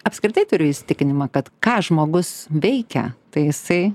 apskritai turiu įsitikinimą kad ką žmogus veikia tai jisai